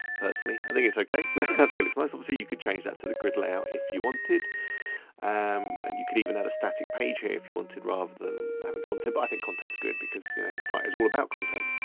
personally, i think it's okay. i think it looks nice. um see, you could change that to the grid layout if you wanted um and you could even add a static page here if you want to rather than having content, but i think context good because the site is all about content.